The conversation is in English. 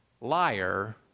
liar